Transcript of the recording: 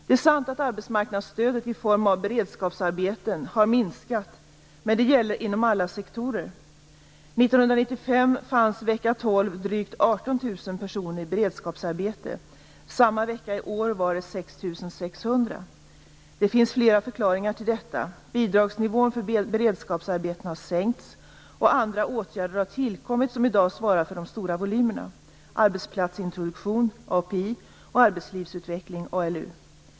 Det är sant att arbetsmarknadsstödet i form av beredskapsarbeten har minskat, men det gäller inom alla sektorer. 1995 fanns vecka 12 drygt 18 000 personer i beredskapsarbete. Samma vecka i år var det 6 600 personer. Det finns flera förklaringar till detta: bidragsnivån för beredskapsarbeten har sänkts och andra åtgärder har tillkommit som i dag svarar för de stora volymerna, arbetsplatsintroduktion och arbetslivsutveckling .